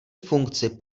funkci